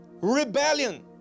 Rebellion